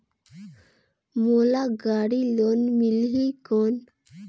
मोला गाड़ी लोन मिलही कौन?